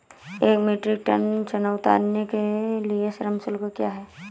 एक metric tonne चना उतारने के लिए श्रम शुल्क क्या है?